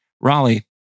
Raleigh